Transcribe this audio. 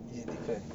is different